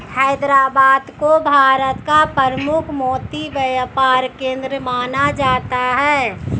हैदराबाद को भारत का प्रमुख मोती व्यापार केंद्र माना जाता है